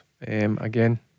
again